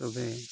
ᱛᱚᱵᱮ